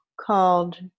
called